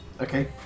Okay